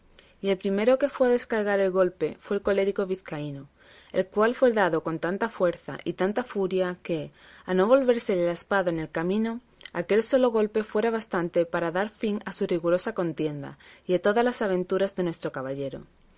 y el primero que fue a descargar el golpe fue el colérico vizcaíno el cual fue dado con tanta fuerza y tanta furia que a no volvérsele la espada en el camino aquel solo golpe fuera bastante para dar fin a su rigurosa contienda y a todas las aventuras de nuestro caballero